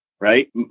right